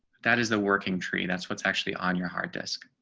that is the working tree that's what's actually on your hard disk.